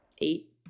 Eight